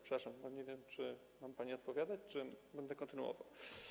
Przepraszam, bo nie wiem, czy mam pani podpowiadać czy może będę kontynuował.